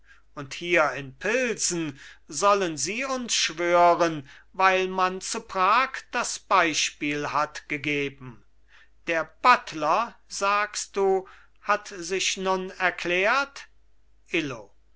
und hier in pilsen sollen sie uns schwören weil man zu prag das beispiel hat gegeben der buttler sagst du hat sich nun erklärt illo